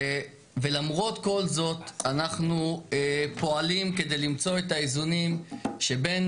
ולמרות כל זאת אנחנו פועלים כדי למצוא את האיזונים שבין